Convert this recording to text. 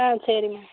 ஆ சரிங்க